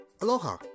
Aloha